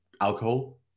alcohol